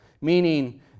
meaning